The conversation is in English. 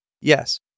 Yes